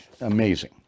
amazing